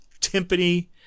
timpani